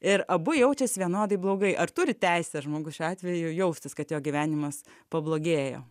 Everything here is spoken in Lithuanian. ir abu jaučiasi vienodai blogai ar turi teisę žmogus šiuo atveju jaustis kad jo gyvenimas pablogėjo